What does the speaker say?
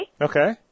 Okay